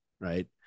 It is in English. right